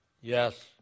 Yes